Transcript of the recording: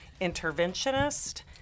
interventionist